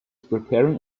preparing